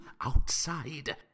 Outside